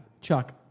Chuck